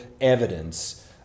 evidence